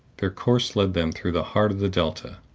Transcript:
their course led them through the heart of the delta.